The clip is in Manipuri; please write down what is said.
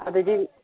ꯑꯗꯨꯗꯤ